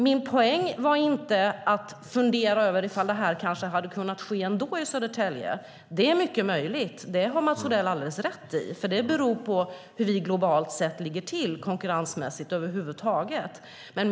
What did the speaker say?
Min poäng var inte att fundera över om det här ändå hade hänt i Södertälje. Det är mycket möjligt; det har Mats Odell rätt i. Det beror på hur vi över huvud taget ligger till konkurrensmässigt globalt sett.